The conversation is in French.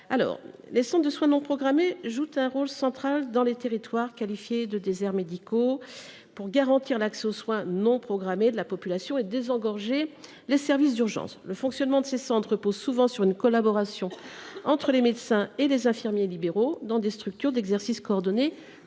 les centres de soins non programmés (CSNP), lesquels jouent un rôle central dans des territoires qualifiés de déserts médicaux : ils garantissent l’accès aux soins non programmés de la population et contribuent à désengorger les services d’urgences. Le fonctionnement de ces centres repose souvent sur une collaboration entre médecins et infirmiers libéraux, dans des structures d’exercice coordonné